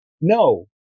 no